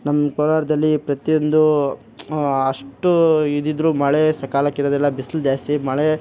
ನಮ್ಮ ಕೋಲಾರದಲ್ಲಿ ಪ್ರತಿಯೊಂದೂ ಅಷ್ಟು ಇದಿದ್ರೂ ಮಳೆ ಸಕಾಲಕ್ಕಿರದಿಲ್ಲ ಬಿಸ್ಲು ಜಾಸ್ತಿ ಮಳೆ